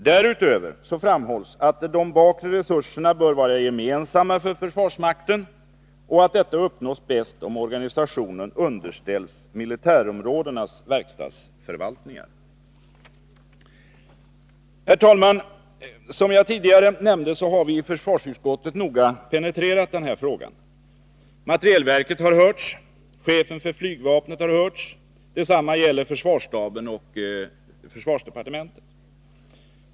Därutöver framhålls att de bakre resurserna bör vara gemensamma för försvarsmakten, och detta uppnås bäst om organisationen underställs militärområdenas verkstadsförvaltningar. Herr talman! Som jag tidigare nämnde har vi i försvarsutskottet noga penetrerat den här frågan. Materielverket har hörts, chefen för flygvapnet har hörts. Detsamma gäller försvarsstaben och försvarsdepartementet.